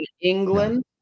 England